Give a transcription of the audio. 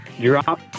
drop